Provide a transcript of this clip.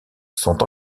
sont